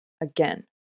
again